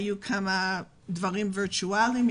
היו כמה דברים וירטואליים.